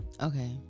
Okay